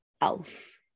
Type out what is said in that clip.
else